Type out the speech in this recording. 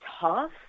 tough